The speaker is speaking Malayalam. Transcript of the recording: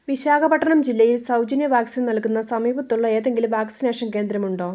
വിശാഖപട്ടണം ജില്ലയിൽ സൗജന്യ വാക്സിൻ നൽകുന്ന സമീപത്തുള്ള ഏതെങ്കിലും വാക്സിനേഷൻ കേന്ദ്രമുണ്ടോ